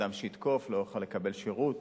אדם שיתקוף לא יוכל לקבל שירות.